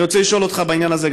אני רוצה לשאול אותך בעניין הזה,